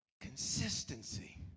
consistency